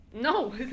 No